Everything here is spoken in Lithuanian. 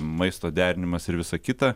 maisto derinimas ir visa kita